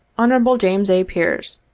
hon. james a. pearce,